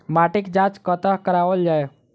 माटिक जाँच कतह कराओल जाए?